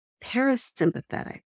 parasympathetic